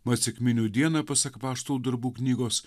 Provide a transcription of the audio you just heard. mat sekminių dieną pasak apaštalų darbų knygos